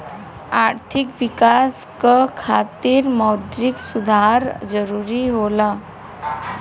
आर्थिक विकास क खातिर मौद्रिक सुधार जरुरी होला